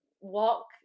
walk